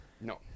No